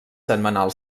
setmanal